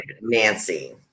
Nancy